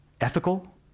Ethical